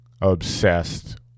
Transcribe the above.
obsessed